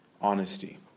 honesty